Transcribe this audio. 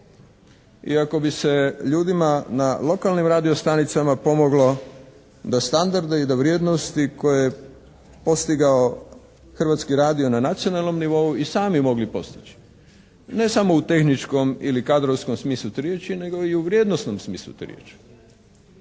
Iako bi se ljudima na lokalnim radio-stanicama pomoglo da standardi i da vrijednosti koje je postigao Hrvatski radio na nacionalnom nivou i sami mogli postići ne samo u tehničkom ili kadrovskom smislu te riječi nego i u vrijednosnom smislu te riječi